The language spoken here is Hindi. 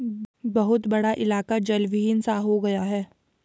बहुत बड़ा इलाका जलविहीन सा हो गया है